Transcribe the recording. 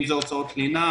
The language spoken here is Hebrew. אם זה הוצאות לינה,